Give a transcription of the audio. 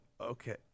okay